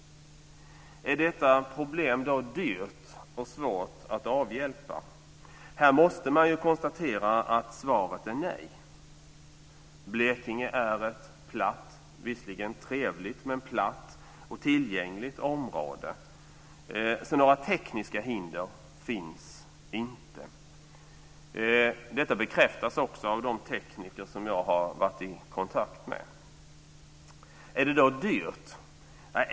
Är detta problem då svårt att avhjälpa? Här måste man konstatera att svaret är nej. Blekinge är ett platt, om än trevligt, och tillgängligt område, så några tekniska hinder finns inte. Detta bekräftas också av de tekniker som jag har varit i kontakt med. Är det då dyrt?